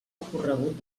ocorregut